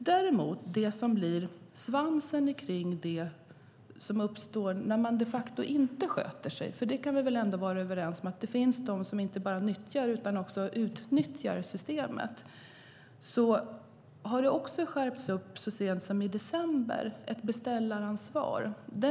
När det gäller svansen på det som uppstår när man de facto inte sköter sig, för vi kan vara överens om att det finns de som inte bara nyttjar utan också utnyttjar systemet, har det också skärpts så sent som i december i form av ett straffrättsligt ansvar för beställare.